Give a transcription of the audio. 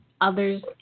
others